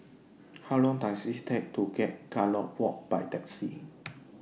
How Long Does IT Take to get Gallop Walk By Taxi